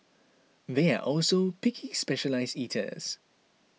they are also picky specialised eaters